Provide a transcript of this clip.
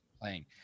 playing